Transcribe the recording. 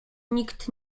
nikt